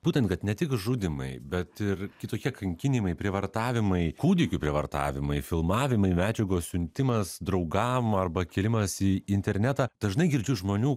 būtent kad ne tik žudymai bet ir kitokie kankinimai prievartavimai kūdikių prievartavimai filmavimai medžiagos siuntimas draugam arba kėlimas į internetą dažnai girdžiu žmonių